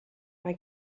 mae